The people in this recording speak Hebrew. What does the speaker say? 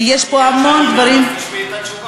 כי יש פה המון דברים אם תחכי עד שאנאם,